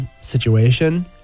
situation